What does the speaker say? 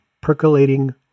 percolating